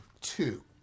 Two